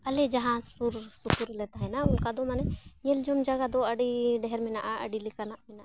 ᱟᱞᱮ ᱡᱟᱦᱟᱸ ᱥᱩᱨ ᱥᱩᱯᱩᱨ ᱨᱮᱞᱮ ᱛᱟᱦᱮᱱᱟ ᱚᱱᱠᱟ ᱫᱚ ᱢᱟᱱᱮ ᱧᱮᱞᱡᱚᱝ ᱡᱟᱭᱜᱟ ᱫᱚ ᱟᱹᱰᱤ ᱰᱷᱮᱨ ᱢᱮᱱᱟᱜᱼᱟ ᱟᱹᱰᱤ ᱞᱮᱠᱟᱱᱟᱜ ᱢᱮᱱᱟᱜᱼᱟ